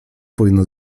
powinno